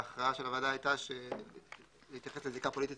ההכרעה של הוועדה הייתה להתייחס לזיקה פוליטית